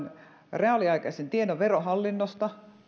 reaaliaikaisen tiedon verohallinnosta